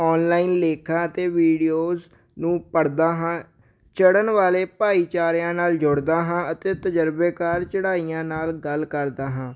online ਲੇਖਾਂ ਅਤੇ videos ਨੂੰ ਪੜ੍ਹਦਾ ਹਾਂ ਚੜ੍ਹਨ ਵਾਲੇ ਭਾਈਚਾਰਿਆਂ ਨਾਲ ਜੁੜਦਾ ਹਾਂ ਅਤੇ ਤਜਰਬੇਕਾਰ ਚੜਾਈਆਂ ਨਾਲ ਗੱਲ ਕਰਦਾ ਹਾਂ